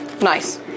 Nice